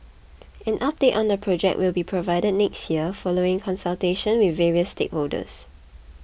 an update on the project will be provided next year following consultations with various stakeholders